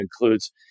includes